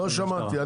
לא שמעתי.